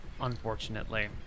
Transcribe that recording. Unfortunately